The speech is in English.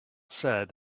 said